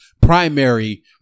primary